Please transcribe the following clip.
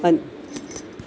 अन्